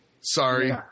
Sorry